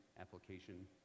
application